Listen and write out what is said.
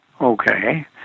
Okay